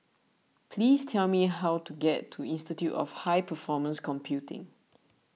please tell me how to get to Institute of High Performance Computing